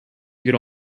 could